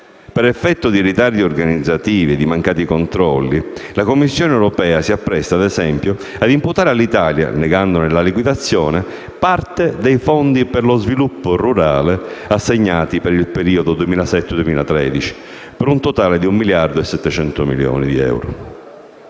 Per effetto di ritardi organizzativi e di mancati controlli, la Commissione europea si appresta - ad esempio - a imputare all'Italia, negandone la liquidazione, parte dei fondi per lo sviluppo rurale assegnati per il periodo 2007-2013, per un totale di un miliardo e 700 milioni di euro.